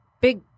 big